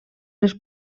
les